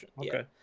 Okay